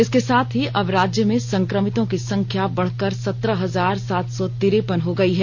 इसके साथ ही अब राज्य में संक्रमितों की संख्या बढ़कर सत्रह हजार सात सौ तिरपन हो गयी है